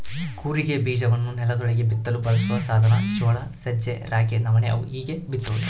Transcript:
ಕೂರಿಗೆ ಬೀಜವನ್ನು ನೆಲದೊಳಗೆ ಬಿತ್ತಲು ಬಳಸುವ ಸಾಧನ ಜೋಳ ಸಜ್ಜೆ ರಾಗಿ ನವಣೆ ಅವು ಹೀಗೇ ಬಿತ್ತೋದು